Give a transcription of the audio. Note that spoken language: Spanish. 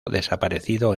desaparecido